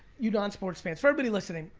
you non-sports fans, for everybody listening,